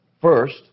first